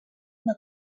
una